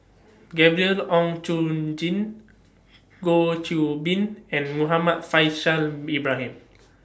Gabriel Oon Chong Jin Goh Qiu Bin and Muhammad Faishal Ibrahim